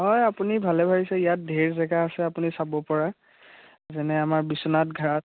হয় আপুনি ভালে ভাবিছে ইয়াত ধেৰ জেগা আছে আপুনি চাব পৰা যেনে আমাৰ বিশ্বনাথ ঘাট